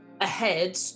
ahead